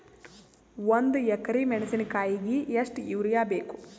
ಒಂದ್ ಎಕರಿ ಮೆಣಸಿಕಾಯಿಗಿ ಎಷ್ಟ ಯೂರಿಯಬೇಕು?